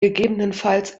gegebenenfalls